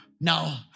now